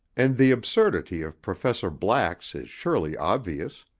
and the absurdity of professor black's is surely obvious.